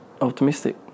optimistic